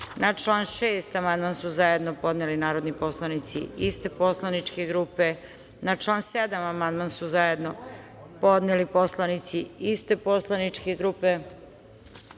član 6. amandman su zajedno podneli narodni poslanici iste poslaničke grupe. Na član 7. amandman su zajedno podneli poslanici iste poslaničke grupe. Na